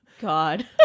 God